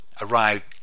arrived